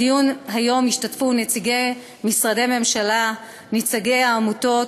בדיון היום ישתתפו נציגי משרדי הממשלה ונציגי העמותות,